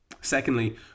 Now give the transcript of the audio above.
Secondly